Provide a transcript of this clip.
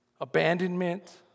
Abandonment